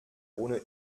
ohne